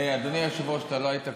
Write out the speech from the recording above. אדוני היושב-ראש, אתה לא היית קודם.